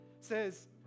says